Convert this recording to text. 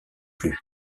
plus